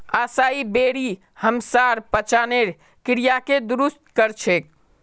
असाई बेरी हमसार पाचनेर क्रियाके दुरुस्त कर छेक